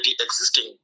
existing